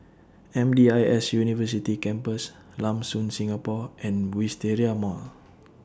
M D I S University Campus Lam Soon Singapore and Wisteria Mall